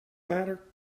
matter